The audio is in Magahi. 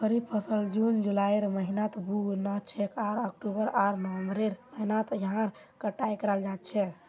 खरीफ फसल जून जुलाइर महीनात बु न छेक आर अक्टूबर आकर नवंबरेर महीनात यहार कटाई कराल जा छेक